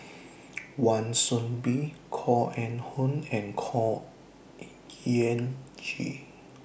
Wan Soon Bee Koh Eng Hoon and Khor Ean Ghee